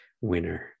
winner